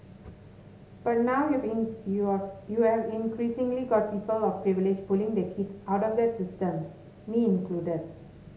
but now you've in you you have increasingly got people of privilege pulling their kids out of that system me included